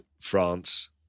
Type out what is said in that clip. France